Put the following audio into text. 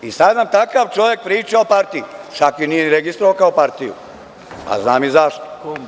I sada nam takav čovek priča o partiji, čak je nije ni registrovao kao partiju, a znam i zašto.